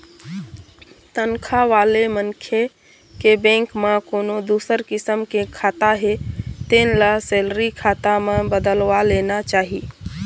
तनखा वाले मनखे के बेंक म कोनो दूसर किसम के खाता हे तेन ल सेलरी खाता म बदलवा लेना चाही